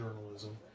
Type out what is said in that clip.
journalism